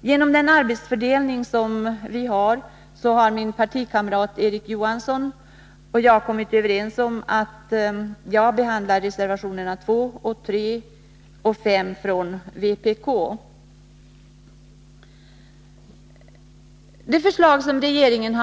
På grund av den arbetsfördelning som Erik Johansson och jag kommit överens om kommer jag att behandla reservationerna 2, 3 och 5 till arbetsmarknadsutskottets betänkande nr 12 från vpk. Det förslag regeringen